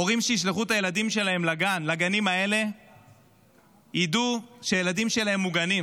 הורים שישלחו את הילדים שלהם לגנים האלה ידעו שהילדים שלהם מוגנים.